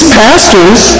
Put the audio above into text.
pastors